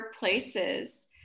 workplaces